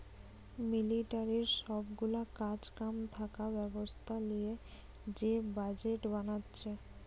মিলিটারির সব গুলা কাজ কাম থাকা ব্যবস্থা লিয়ে যে বাজেট বানাচ্ছে